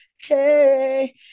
Hey